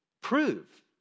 prove